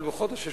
אבל בחודש של